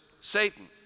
Satan